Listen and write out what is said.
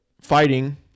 Fighting